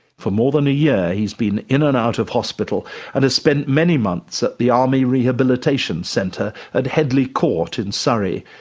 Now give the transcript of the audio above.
for more than a year, he's been in and out of hospital and has spent many months at the army rehabilitation centre at headley court in surrey.